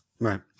Right